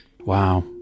Wow